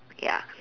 ya